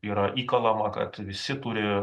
yra įkalama kad visi turi